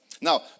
Now